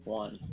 one